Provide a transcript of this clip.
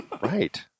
Right